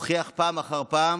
והוכיח פעם אחר פעם